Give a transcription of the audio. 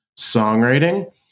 songwriting